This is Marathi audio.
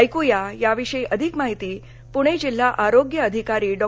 ऐकू या याविषयी आधिक महिती पुणे जिल्हा आरोग्य अधिकारी डॉ